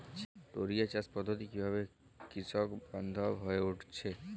টোরিয়া চাষ পদ্ধতি কিভাবে কৃষকবান্ধব হয়ে উঠেছে?